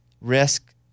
risk